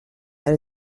that